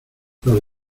los